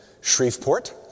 Shreveport